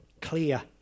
clear